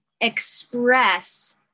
express